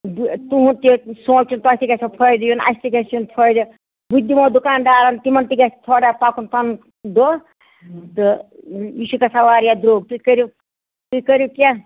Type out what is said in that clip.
تُہُند تہِ سونچُن توہہِ تہِ گژھیو فٲیدٕ یُن اَسہِ تہِ گژھِ یُن فٲیدٕ تٕتھِ دِمو دُکان دارَن تِمن تہِ گژھِ تھوڑا پَکُن پَنُن دۄہ تہٕ یہِ چھُ گژھان واریاہ درٛوٚگ تُہۍ کٔرِو تُہۍ کٔرِو کیٚنہہ